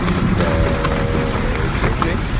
so juneteenth.